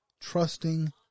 trusting